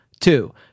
Two